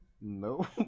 No